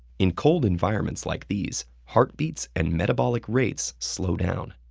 in cold environments like these, heartbeats and metabolic rates slow down.